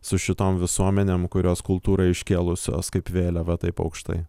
su šitom visuomenėm kurios kultūrą iškėlusios kaip vėliavą taip aukštai